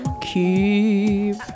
Keep